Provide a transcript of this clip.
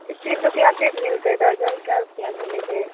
तीन रुपैया पीस मिलतै दर्जनके रुपेआ मिलै छै